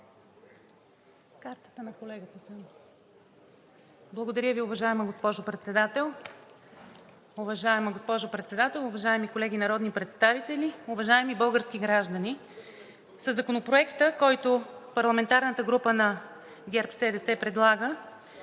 АЛЕКСАНДРОВА (ГЕРБ-СДС): Благодаря Ви, уважаема госпожо Председател. Уважаема госпожо Председател, уважаеми колеги народни представители, уважаеми български граждани! Със Законопроекта, който парламентарната група на ГЕРБ-СДС предлага,